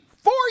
four